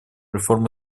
реформы